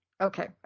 Okay